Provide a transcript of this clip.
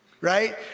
right